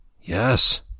Yes